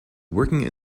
working